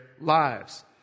lives